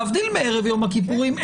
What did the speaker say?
להבדיל מערב יום הכיפורים,